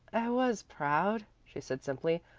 i was proud, she said simply.